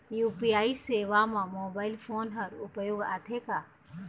UPI सेवा म mobile phone हर उपयोग आथे का?